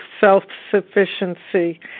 self-sufficiency